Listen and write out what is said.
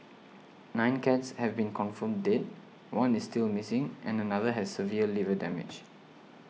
nine cats have been confirmed dead one is still missing and another has severe liver damage